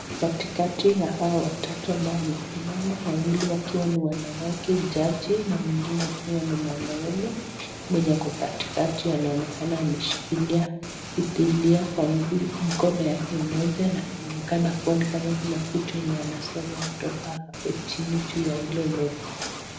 Katikati ya hawa watatu ambao wamesimama, wawili wakiwa ni wanawake, jaji, na mwingine akiwa ni mwanaume, mwenye ako katikati anaonekana ameshikilia bibilia kwa mkono yake mmoja na anaonekana kuwa ni kama kuna vitu yenye anasoma kutoka hapo chini ju ya hilo meza.